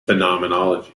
phenomenology